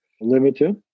limited